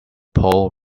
pole